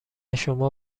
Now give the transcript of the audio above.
شما